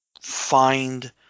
find